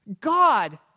God